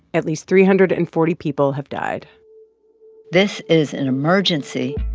at least three hundred and forty people have died this is an emergency,